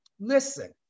Listen